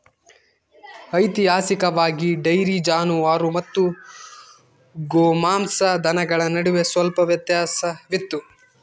ಐತಿಹಾಸಿಕವಾಗಿ, ಡೈರಿ ಜಾನುವಾರು ಮತ್ತು ಗೋಮಾಂಸ ದನಗಳ ನಡುವೆ ಸ್ವಲ್ಪ ವ್ಯತ್ಯಾಸವಿತ್ತು